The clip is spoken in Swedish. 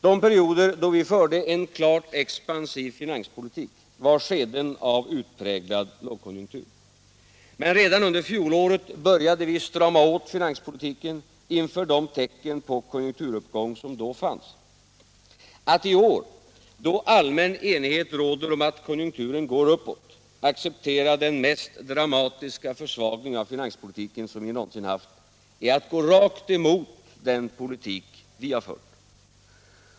De perioder då vi förde en klart expansiv finanspolitik var skeden av utpräglad lågkonjunktur. Men redan under fjolåret började vi strama åt finanspolitiken inför de tecken på konjunkturuppgång som då fanns. Att i år, då allmän enighet råder om att konjunkturen går uppåt, acceptera den mest dramatiska försvagning av finanspolitiken som vi någonsin haft, är att gå rakt mot den politik vi har fört.